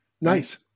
Nice